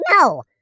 No